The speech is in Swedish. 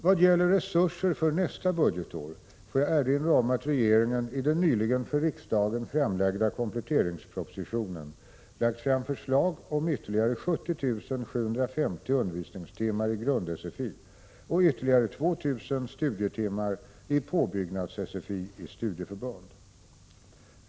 Vad gäller resurser för nästa budgetår får jag erinra om att regeringen i den nyligen för riksdagen framlagda kompletteringspropositionen lagt fram förslag om ytterligare 70 750 undervisningstimmar i grund-SFI och ytterligare 2 000 studietimmar i påbyggnads-SFI i studieförbund.